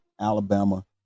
Alabama